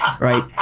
Right